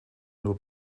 nur